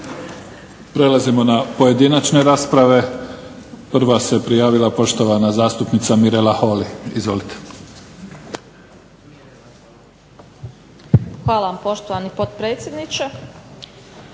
Prelazimo na pojedinačne rasprave. Prva se prijavila poštovana zastupnica Mirela Holy. Izvolite. **Holy, Mirela (SDP)** Hvala vam, poštovani potpredsjedniče.